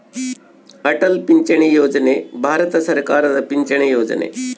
ಅಟಲ್ ಪಿಂಚಣಿ ಯೋಜನೆ ಭಾರತ ಸರ್ಕಾರದ ಪಿಂಚಣಿ ಯೊಜನೆ